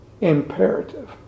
Imperative